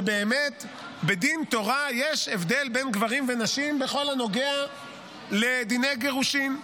שבאמת בדין תורה יש הבדל בין גברים לנשים בכל הנוגע לדיני גירושין,